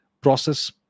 process